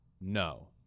no